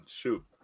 Shoot